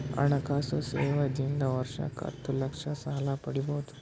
ಹಣಕಾಸು ಸೇವಾ ದಿಂದ ವರ್ಷಕ್ಕ ಹತ್ತ ಲಕ್ಷ ಸಾಲ ಪಡಿಬೋದ?